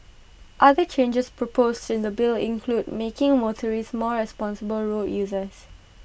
other changes proposed in the bill include making motorists more responsible road users